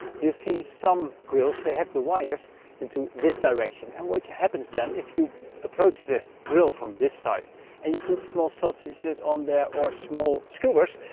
you see some grills they have the wires into this direction and what happens then if you approach the grill from this side and you put small sausages on there or small skewers,